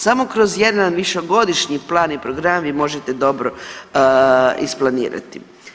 Samo kroz jedan višegodišnji plan i program vi možete dobro isplanirati.